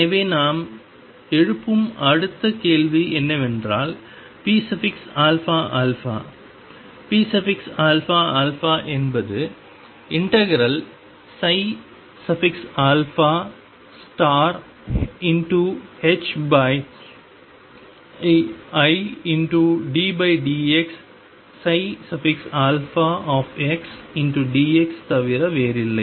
எனவே நாம் எழுப்பும் அடுத்த கேள்வி என்னவென்றால் pαα pαα என்பது ∫iddx dx ஐத் தவிர வேறில்லை